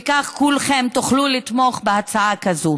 וכך כולכם תוכלו לתמוך בהצעה הזאת.